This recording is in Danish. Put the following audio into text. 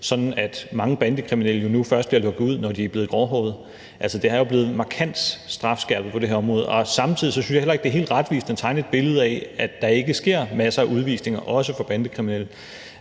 at mange bandekriminelle jo nu først bliver lukket ud, når de er blevet gråhårede. Altså, der er jo blevet markant strafskærpet på det her område, og samtidig synes jeg heller ikke, det er helt retvisende at tegne et billede af, at der ikke sker masser af udvisninger også for bandekriminelle.